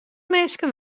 minsken